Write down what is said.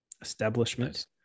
establishment